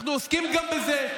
אנחנו עוסקים גם בזה.